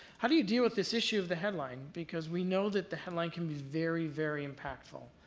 how do you deal with this issue of the headline? because we know that the headline can be very, very impactful.